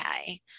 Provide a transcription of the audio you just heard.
okay